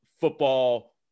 football